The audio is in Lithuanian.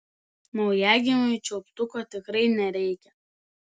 naujagimiui čiulptuko tikrai nereikia